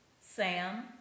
Sam